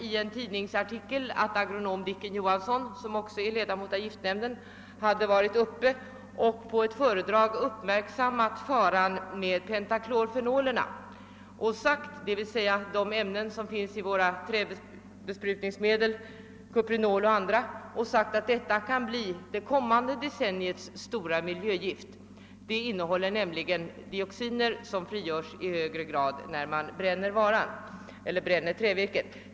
I en tidningsartikel såg jag att agronom Dicken Johansson, som också är ledamot av giftnämnden, i ett föredrag fäst uppmärksamheten på faran av pentaklorfenoler, dvs. de ämnen som finns i våra träbesprutningsmedel, kuprinol och andra. Han sade att dessa kan bli det kommande decenniets stora miljögift. De innehåller nämligen dioxiner som bl.a. frigörs när man bränner impregnerat trävirke.